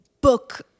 book